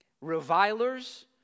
Revilers